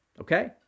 okay